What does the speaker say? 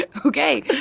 but ok.